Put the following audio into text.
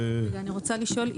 אני רוצה לשאול.